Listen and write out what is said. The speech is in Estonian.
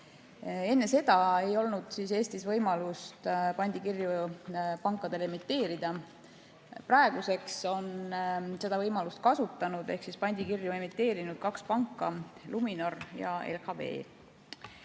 Enne seda ei olnud Eestis pankadel võimalik pandikirju emiteerida. Praeguseks on seda võimalust kasutanud ehk siis pandikirju emiteerinud kaks panka: Luminor ja LHV.